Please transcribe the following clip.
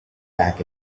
back